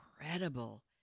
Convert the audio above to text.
incredible